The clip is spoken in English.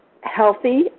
healthy